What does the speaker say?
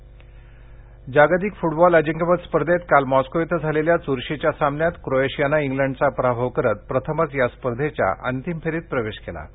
FIFA जागतिक football अजिंक्यपद स्पर्धेत काल मास्को इथं झालेल्या चुरशीच्या सामन्यात इंग्लंडचा पराभव करत प्रथमच या स्पर्धेत उपांत्य फेरीत प्रवेश केला आहे